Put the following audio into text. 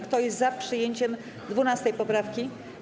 Kto jest za przyjęciem 12. poprawki?